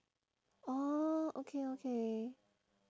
oh okay okay